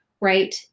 Right